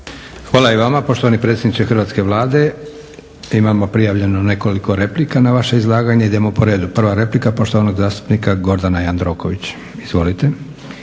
Hvala i vama poštovani predsjedniče Hrvatske Vlade. imamo prijavljeno nekoliko replika na vaše izlaganje. Idemo po redu. Prva replika poštovanog zastupnika Gordana Jandroković. Izvolite.